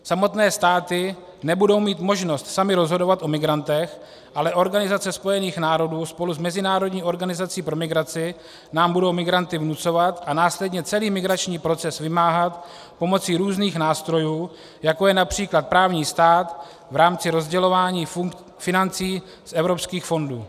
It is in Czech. Samotné státy nebudou mít možnost samy rozhodovat o migrantech, ale Organizace spojených národů spolu s mezinárodní organizací pro migraci nám budou migranty vnucovat a následně celý migrační proces vymáhat pomocí různých nástrojů, jako je například právní stát v rámci rozdělování financí z evropských fondů.